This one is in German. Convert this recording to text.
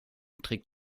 trick